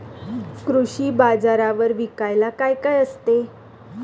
कृषी बाजारावर विकायला काय काय असते?